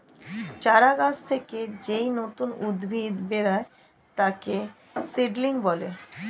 চারা গাছ থেকে যেই নতুন উদ্ভিদ বেরোয় তাকে সিডলিং বলে